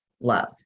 love